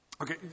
Okay